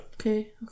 Okay